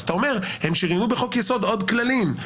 אז אתה אומר: הם שריינו בחוק יסוד עוד כללים.